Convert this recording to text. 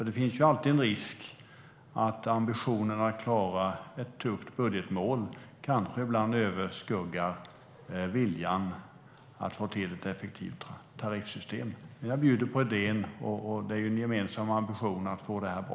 Det finns ju alltid en risk att ambitionen att klara ett tufft budgetmål överskuggar viljan att få till ett effektivt tariffsystem. Men jag bjuder på idén. Det är en gemensam ambition att få det här bra.